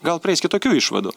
gal praeis kitokių išvadų